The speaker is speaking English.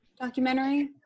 documentary